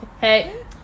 Hey